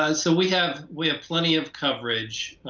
um so we have we have plenty of coverage.